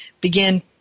begin